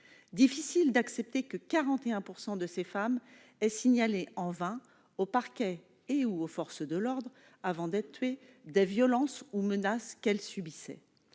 Difficile d'accepter que 41 % de ces femmes aient signalé en vain au parquet et/ou aux forces de l'ordre, avant d'être tuées, des violences ou menaces qu'elles subissaient.